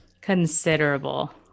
Considerable